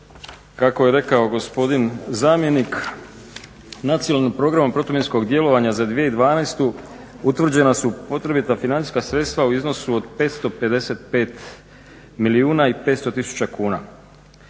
Kako je rekao gospodin zamjenik Nacionalnim programom protuminskog djelovanja za 2012. utvrđena su potrebita financijska sredstva u iznosu od 555 milijuna i 500 000 kuna,